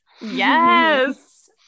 Yes